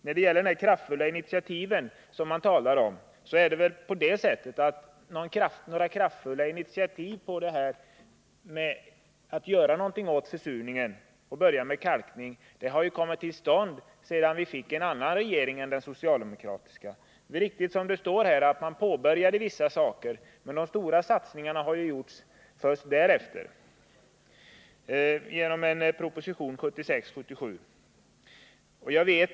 När det gäller de kraftfulla initiativen som man talar om är det väl på det sättet, att kraftfulla initiativ för att göra någonting åt försurningen och börja med kalkning har tagits sedan vi fick en annan regering än den socialdemokratiska. Det är riktigt som det står här, att den socialdemokratiska regeringen påbörjade vissa saker, men de stora satsningarna har ju gjorts först därefter genom en proposition 1976/77.